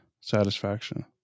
satisfaction